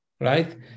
right